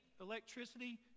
electricity